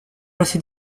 assez